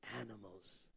animals